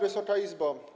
Wysoka Izbo!